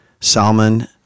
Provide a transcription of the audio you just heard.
Salmon